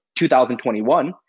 2021